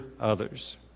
others